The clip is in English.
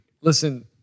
Listen